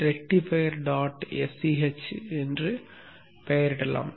sch என்று பெயரிடலாம்